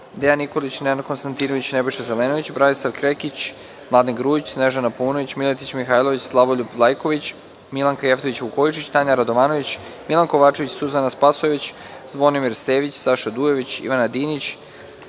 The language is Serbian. Dejan Nikolić, Nenad Konstantinović, Nebojša Zelenović, Branislav Krekić, Mladen Grujić, Snežana Paunović, Miletić Mihajlović, Slavoljub Vlajković, Milanka Jevtović Vukojičić, Tanja Radovanović, Milan Kovačević, Suzana Spasojević, Zvonimir Stević, Saša Dujović, Ivana Dinić,